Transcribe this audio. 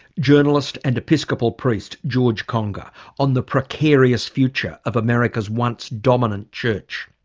journalist and episcopal priest george conger on the precarious future of america's once dominant church.